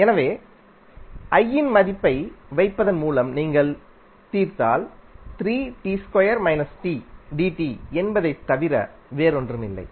எனவே I இன் மதிப்பை வைப்பதன் மூலம் நீங்கள் தீர்த்தால் என்பதைத் தவிர வேறொன்றுமில்லை